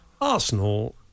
Arsenal